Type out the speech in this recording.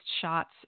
shots